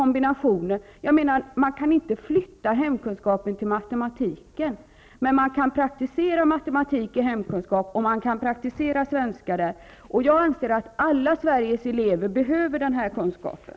Man kan inte flytta hemkunskapen till matematiken, men man kan praktisera matematik i hemkunskap, och man kan praktisera svenska där. Jag anser att alla Sveriges elever behöver den här kunskapen.